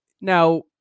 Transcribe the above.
Now